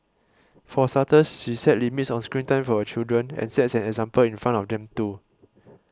for starters she set limits on screen time for her children and sets an example in front of them too